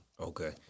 Okay